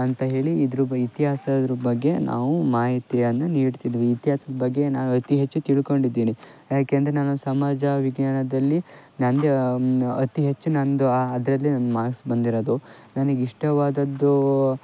ಅಂತ ಹೇಳಿ ಇದ್ರ ಬ ಇತಿಹಾಸದ್ರ ಬಗ್ಗೆ ನಾವು ಮಾಹಿತಿಯನ್ನು ನೀಡ್ತಿದ್ವಿ ಇತಿಹಾಸದ ಬಗ್ಗೆ ನಾನು ಅತಿ ಹೆಚ್ಚು ತಿಳ್ಕೊಂಡಿದ್ದೀನಿ ಏಕೆಂದ್ರೆ ನಾನು ಸಮಾಜ ವಿಜ್ಞಾನದಲ್ಲಿ ನಂದೇ ಅತಿ ಹೆಚ್ಚು ನನ್ನದು ಆ ಅದರಲ್ಲಿ ನನ್ನ ಮಾರ್ಕ್ಸ್ ಬಂದಿರೋದು ನನಗೆ ಇಷ್ಟವಾದದ್ದು